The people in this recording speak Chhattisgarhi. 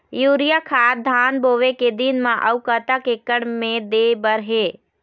यूरिया खाद धान बोवे के दिन म अऊ कतक एकड़ मे दे बर हे?